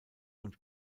und